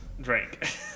drank